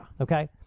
Okay